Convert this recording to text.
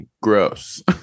Gross